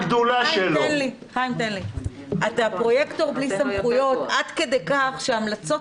אתה פרויקטור בלי סמכויות עד כדי כך שהמלצות